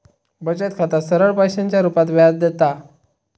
बचत खाता सरळ पैशाच्या रुपात व्याज देता